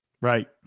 Right